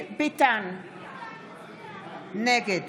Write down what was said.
נגד